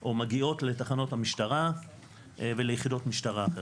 או מגיעות לתחנות המשטרה וליחידות משטרה.